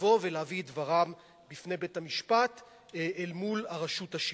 לבוא ולהביא את דברם בפני בית-המשפט אל מול הרשות השלטונית.